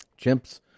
chimps